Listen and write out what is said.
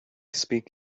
speak